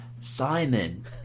Simon